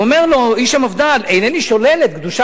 איש המפד"ל: אינני שולל את קדושת הישיבות,